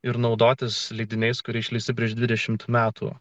ir naudotis leidiniais kuri išleista prieš dvidešimt metų